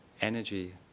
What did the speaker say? energy